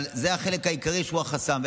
אבל זה החלק העיקרי שהוא חסם.